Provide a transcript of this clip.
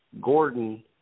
Gordon